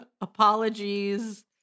apologies